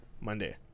Monday